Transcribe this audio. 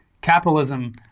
Capitalism